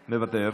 מוותר,